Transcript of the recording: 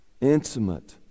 intimate